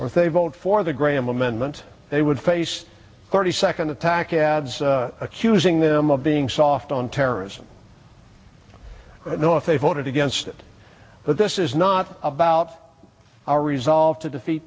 or if they vote for the graham amendment they would face a thirty second attack ads accusing them of being soft on terrorism no if they voted against it that this is not about our resolve to defeat